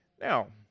Now